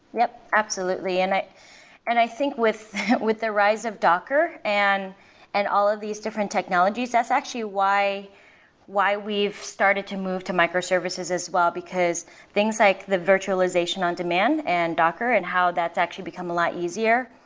yup, absolutely. and i and i think with with the rise of docker and and all of these different technologies, that's actually why why we've started to move to microservices as well because things like the virtualization on demand and docker and how that's actually become a lot easier.